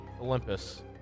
Olympus